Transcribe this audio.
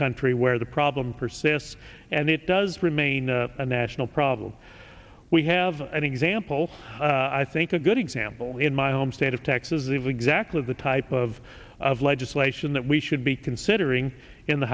country where the problem persists and it does remain a national problem we have an example i think a good example in my home state of texas of exactly the type of of legislation that we should be considering in the